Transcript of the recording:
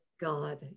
God